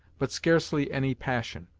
but scarcely any passion.